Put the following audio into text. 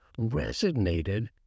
resonated